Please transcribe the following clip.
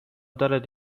دارد